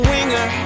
Winger